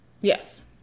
Yes